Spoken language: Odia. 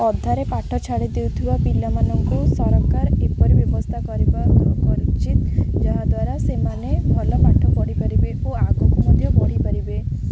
ଅଧାରେ ପାଠ ଛାଡ଼ି ଦେଉଥିବା ପିଲାମାନଙ୍କୁ ସରକାର ଏପରି ବ୍ୟବସ୍ଥା କରିବା ଉଚିତ୍ ଯାହାଦ୍ୱାରା ସେମାନେ ଭଲ ପାଠ ପଢ଼ିପାରିବେ ଓ ଆଗକୁ ମଧ୍ୟ ବଢ଼ିପାରିବେ